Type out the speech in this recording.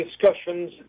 discussions